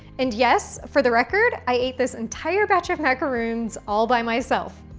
and yes, for the record, i ate this entire batch of macaroons all by myself.